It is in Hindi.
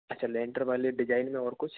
अच्छा लेंटर वाली डिजाइन में और कुछ